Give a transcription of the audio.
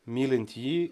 mylint jį